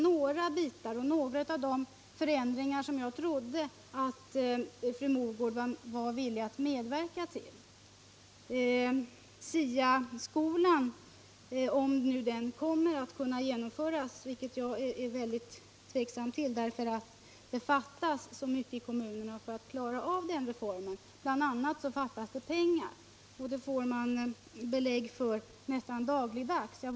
Detta är några av de förändringar som jag trodde att fru Mogård var villig att medverka till. Jag är väldigt tveksam till om SIA-skolan kommer att kunna genomföras, eftersom det fattas så mycket i kommunerna för att klara av den reformen, bl.a. pengar. Det får jag belägg för nästan dagligdags.